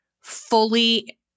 fully